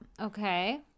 Okay